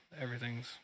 Everything's